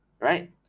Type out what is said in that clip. Right